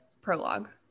prologue